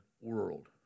world